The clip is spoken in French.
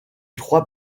trois